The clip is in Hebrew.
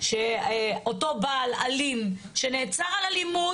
שאותו בעל אלים שנעצר על אלימות,